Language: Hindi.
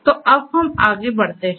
तो अब हम आगे बढ़ते हैं